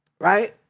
right